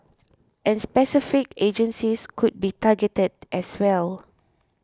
and specific agencies could be targeted as well